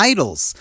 Idols